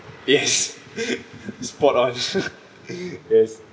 yes spot on yes